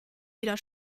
weder